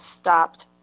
stopped